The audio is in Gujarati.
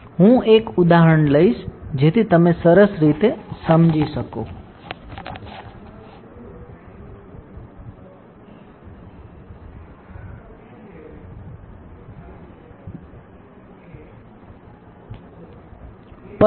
હું એક ઉદાહરણ લઈશ જેથી તમે સરસ રીતે સમજી શકસો